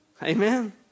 Amen